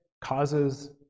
causes